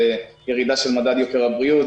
זה ירידה של מדד יוקר הבריאות,